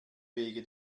wege